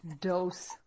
Dose